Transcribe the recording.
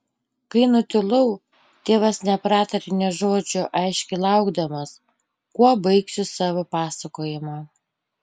kai nutilau tėvas nepratarė nė žodžio aiškiai laukdamas kuo baigsiu savo pasakojimą